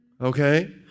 okay